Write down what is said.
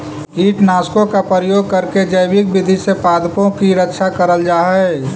कीटनाशकों का प्रयोग करके जैविक विधि से पादपों की रक्षा करल जा हई